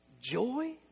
Joy